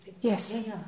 Yes